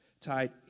tied